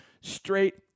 straight